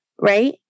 Right